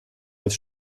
als